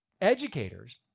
Educators